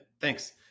thanks